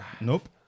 Nope